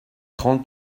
trente